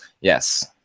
yes